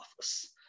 office